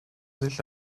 sich